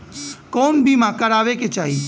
कउन बीमा करावें के चाही?